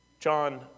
John